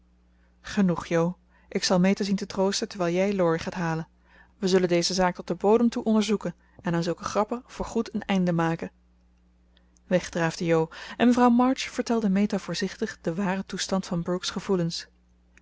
genoeg jo ik zal meta zien te troosten terwijl jij laurie gaat halen we zullen deze zaak tot den bodem toe onderzoeken en aan zulke grappen voorgoed een einde maken weg draafde jo en mevrouw march vertelde meta voorzichtig den waren toestand van brooke's gevoelens